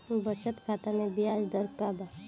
बचत खाता मे ब्याज दर का बा?